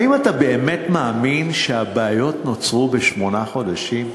האם אתה באמת מאמין שהבעיות נוצרו בשמונה חודשים?